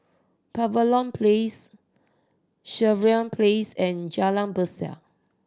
Pavilion Place Sireh Place and Jalan Berseh